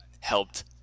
helped